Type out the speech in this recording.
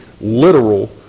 literal